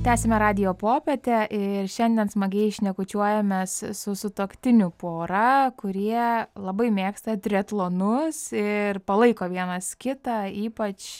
tęsiame radijo popietę ir šiandien smagiai šnekučiuojamės su sutuoktinių pora kurie labai mėgsta triatlonus ir palaiko vienas kitą ypač